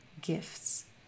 gifts